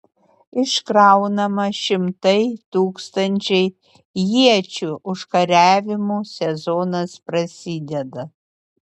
iškraunama šimtai tūkstančiai iečių užkariavimų sezonas prasideda